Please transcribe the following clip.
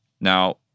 now